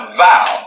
vow